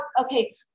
okay